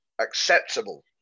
acceptable